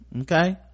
Okay